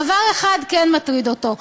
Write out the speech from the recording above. דבר אחד כן מטריד אותו,